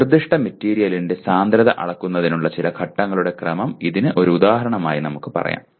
ഒരു നിർദ്ദിഷ്ട മെറ്റീരിയലിന്റെ സാന്ദ്രത അളക്കുന്നതിനുള്ള ചില ഘട്ടങ്ങളുടെ ക്രമം ഇതിനു ഒരു ഉദാഹരണമായി നമുക്ക് പറയാം